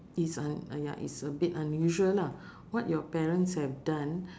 is un~ uh ya it's a bit unusual lah what your parents have done